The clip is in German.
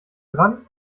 dran